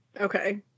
okay